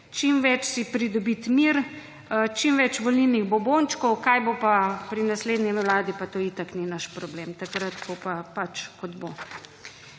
čim več, si pridobit mir, čim več volilnih bombončkov, kaj bo pa pri naslednji vladi, pa to itak ni naš problem, takrat bo pa pač, kot bo.